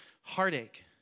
heartache